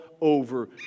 over